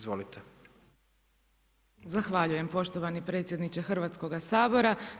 Zahvaljujem poštovani predsjedniče Hrvatskoga sabora.